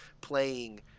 playing